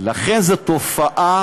לכן, זו תופעה